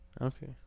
Okay